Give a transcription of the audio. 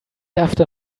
after